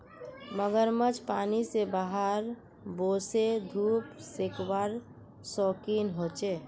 मगरमच्छ पानी से बाहर वोसे धुप सेकवार शौक़ीन होचे